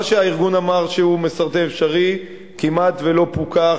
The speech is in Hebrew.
מה שהארגון אמר שהוא מסרטן אפשרי כמעט שלא פוקח